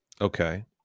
Okay